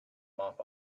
mop